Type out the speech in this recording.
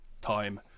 time